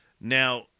Now